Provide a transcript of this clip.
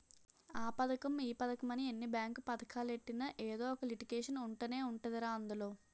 ఆ పదకం ఈ పదకమని ఎన్ని బేంకు పదకాలెట్టినా ఎదో ఒక లిటికేషన్ ఉంటనే ఉంటదిరా అందులో